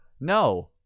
No